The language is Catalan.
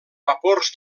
vapors